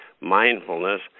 mindfulness